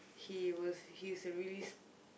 he was he's a really s~